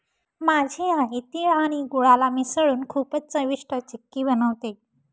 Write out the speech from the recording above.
माझी आई तिळ आणि गुळाला मिसळून खूपच चविष्ट चिक्की बनवते